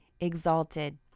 Exalted